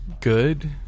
good